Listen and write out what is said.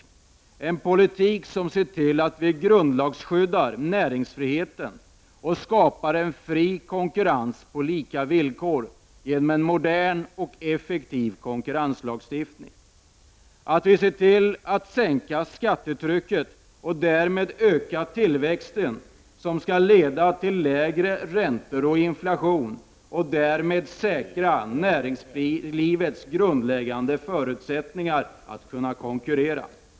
Denna politik måste grundlagsskydda näringsfriheten och skapa en fri konkurrens på lika villkor genom en modern och effektiv konkurrenslagstiftning. Den måste se till att sänka skattetrycket och därmed öka tillväxten, vilket skall leda till lägre räntor och inflation och säkra näringslivets grundläggande förutsättningar att kunna konkurrera.